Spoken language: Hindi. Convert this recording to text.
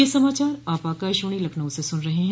ब्रे क यह समाचार आप आकाशवाणी लखनऊ से सुन रहे हैं